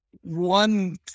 one